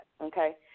okay